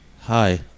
Hi